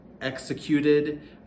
executed